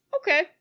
Okay